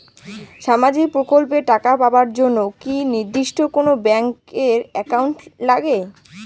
সামাজিক প্রকল্পের টাকা পাবার জন্যে কি নির্দিষ্ট কোনো ব্যাংক এর একাউন্ট লাগে?